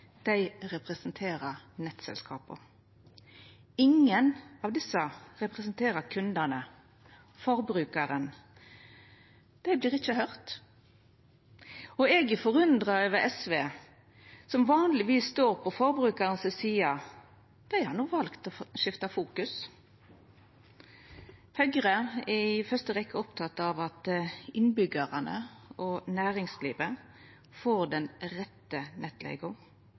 representerer nettselskapa. Ingen av dei representerer kundane, forbrukarane. Dei vert ikkje høyrde. Eg er forundra over SV, som vanlegvis står på forbrukaren si side. Dei har no valt å skifta fokus. Høgre er i første rekkje opptekne av at innbyggjarane og næringslivet får den rette nettleiga.